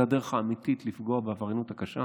זו הדרך האמתית לפגוע בעבריינות הקשה.